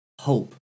hope